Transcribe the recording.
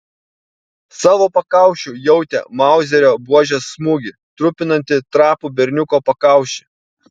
savo pakaušiu jautė mauzerio buožės smūgį trupinantį trapų berniuko pakaušį